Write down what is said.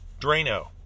Drano